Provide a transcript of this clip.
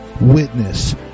witness